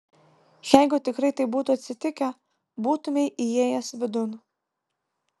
jeigu tikrai taip būtų atsitikę būtumei įėjęs vidun